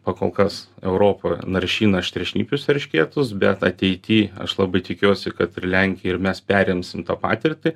pakolkas europoje naršina aštriašnipius eršketus bet ateity aš labai tikiuosi kad ir lenkija ir mes perimsim tą patirtį